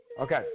Okay